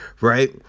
right